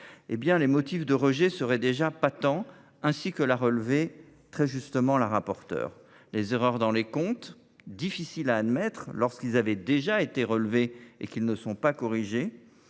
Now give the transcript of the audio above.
les motifs de rejet seraient déjà patents, ainsi que l’a très justement souligné la rapporteure générale. Les erreurs dans les comptes, difficiles à admettre alors qu’elles avaient déjà été relevées et qu’elles ne sont pas corrigées,